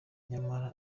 nyamara